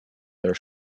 their